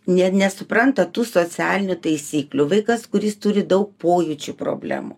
ne nesupranta tų socialinių taisyklių vaikas kuris turi daug pojūčių problemų